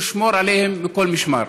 נשמור עליהם מכל משמר.